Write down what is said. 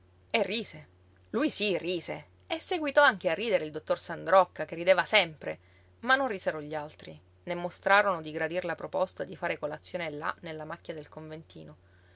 e rise lui sí rise e seguitò anche a ridere il dottor sandrocca che rideva sempre ma non risero gli altri né mostrarono di gradir la proposta di fare colazione là nella macchia del conventino